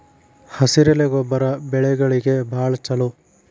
ಹಸಿರೆಲೆ ಗೊಬ್ಬರ ಬೆಳೆಗಳಿಗೆ ಬಾಳ ಚಲೋ